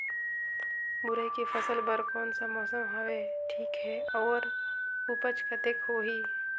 मुरई के फसल बर कोन सा मौसम हवे ठीक हे अउर ऊपज कतेक होही?